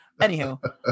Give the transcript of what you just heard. Anywho